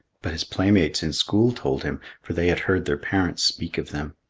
but his playmates in school told him, for they had heard their parents speak of them.